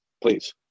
please